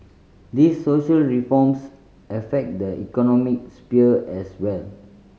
these social reforms affect the economic sphere as well